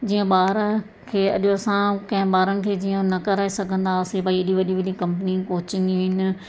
जीअं ॿार खे अॼु असां कंहिं ॿारनि खे जीअं न करे सघंदासीं भई एॾी वॾी वॾी कंपनी कोचिंगियूं आहिनि